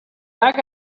back